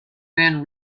then